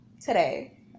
today